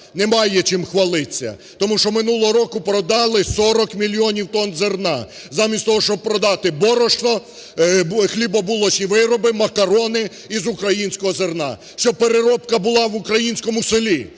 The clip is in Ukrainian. Немає, чим хвалитися, тому що минулого року продали 40 мільйонів тонн зерна замість того, щоб продати борошно, хлібобулочні вироби, макарони із українського зерна, щоб переробка була в українському селі.